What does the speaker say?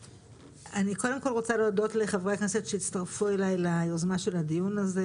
אני קודם כל רוצה להודות לחברי הכנסת שהצטרפו אליי ליוזמת הדיון הזה,